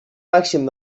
màxim